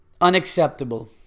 unacceptable